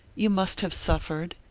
you must have suffered,